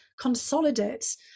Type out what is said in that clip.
consolidates